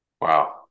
Wow